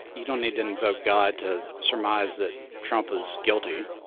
you don't need to invoke god to surmise that trump is guilty.